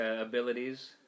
abilities